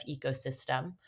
ecosystem